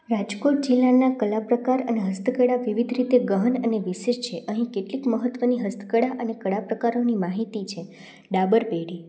રાજકોટ જિલ્લાના કલા પ્રકાર અને હસ્તકળા વિવિધ રીતે ગહન અને વિશેષ છે અહીં કેટલીક મહત્વની હસ્તકળા અને કળા પ્રકારોની માહિતી છે ડાબર પેઢી